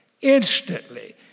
instantly